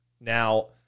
Now